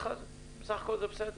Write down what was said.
שבסך הכול זה בסדר,